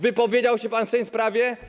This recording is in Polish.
Wypowiedział się pan w tej sprawie?